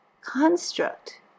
construct